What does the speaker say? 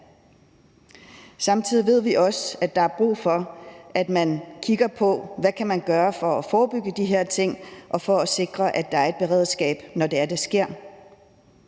Samtidig ved vi også, at der er brug for, at man kigger på, hvad man kan gøre for at forebygge de her ting og for at sikre, at der er et beredskab, når det er, det sker.